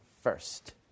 first